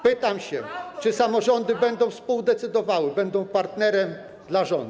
Pytam się: Czy samorządy będą współdecydowały, będą partnerem dla rządu?